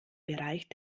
bereich